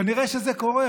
כנראה שזה קורה,